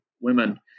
women